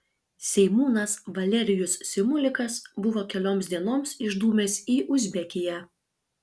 seimūnas valerijus simulikas buvo kelioms dienoms išdūmęs į uzbekiją